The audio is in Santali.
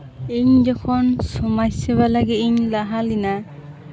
ᱤᱧ ᱡᱚᱠᱷᱚᱱ ᱥᱚᱢᱟᱡᱽ ᱥᱮᱵᱟ ᱞᱟᱹᱜᱤᱫ ᱤᱧ ᱞᱟᱦᱟ ᱞᱮᱱᱟ